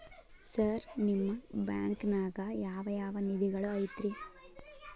Sir ನಿಮ್ಮ ಬ್ಯಾಂಕನಾಗ ಯಾವ್ ಯಾವ ನಿಧಿಗಳು ಐತ್ರಿ?